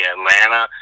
Atlanta